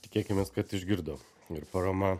tikėkimės kad išgirdo ir parama